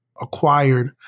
acquired